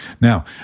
Now